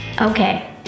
Okay